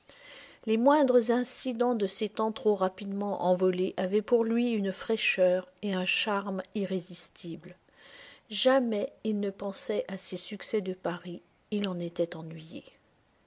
les moindres incidents de ces temps trop rapidement envolés avaient pour lui une fraîcheur et un charme irrésistibles jamais il ne pensait à ses succès de paris il en était ennuyé